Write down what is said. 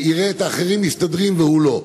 בסוף יראה את האחרים מסתדרים והוא לא.